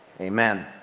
Amen